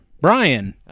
Brian